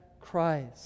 Christ